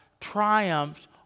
triumphed